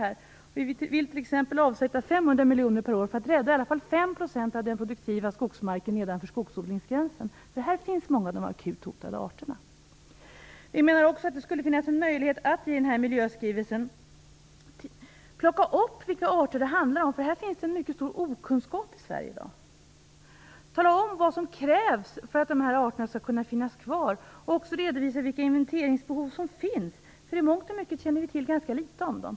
Vi vill t.ex. avsätta 500 miljoner per år för att i alla fall rädda 5 % av den produktiva skogsmarken nedanför skogsodlingsgränsen. Här finns många av de akut hotade arterna. Vi menar också att det skulle finnas en möjlighet att ta upp vilka arter det handlar om i miljöskrivelsen. Det finns en mycket stor okunskap om detta i Sverige i dag. Man måste tala om vad som krävs för att dessa arter skall kunna finnas kvar och redovisa vilka inventeringsbehov som finns. I mångt och mycket känner vi till ganska litet om dem.